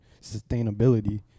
sustainability